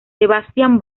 sebastian